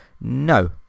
No